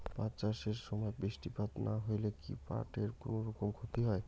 পাট চাষ এর সময় বৃষ্টিপাত না হইলে কি পাট এর কুনোরকম ক্ষতি হয়?